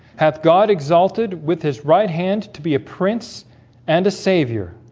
hath god exalted with his right hand to be a prince and a saviour